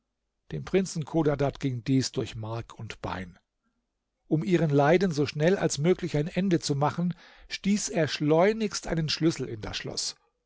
dem prinzen chodadad ging dies durch mark und bein um ihren leiden so schnell als möglich ein ende zu machen stieß er schleunig einen schlüssel in das schloß